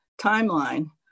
timeline